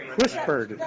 whispered